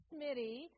Smitty